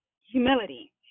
humility